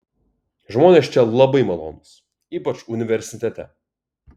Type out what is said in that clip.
žmonės čia labai malonūs ypač universitete